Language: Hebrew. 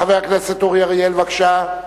חבר הכנסת אורי אריאל, בבקשה.